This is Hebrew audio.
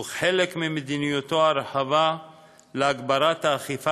וכחלק ממדיניותו הרחבה להגברת האכיפה